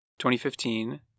2015